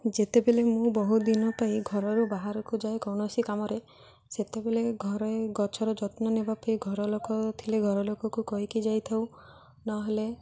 ଯେତେବେଳେ ମୁଁ ବହୁଦିନ ପାଇଁ ଘରରୁ ବାହାରକୁ ଯାଏ କୌଣସି କାମରେ ସେତେବେଳେ ଘରେ ଗଛର ଯତ୍ନ ନେବା ପାଇଁ ଘର ଲୋକ ଥିଲେ ଘରଲୋକକୁ କହିକି ଯାଇଥାଉ ନହେଲେ